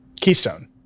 Keystone